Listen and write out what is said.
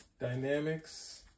dynamics